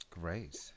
great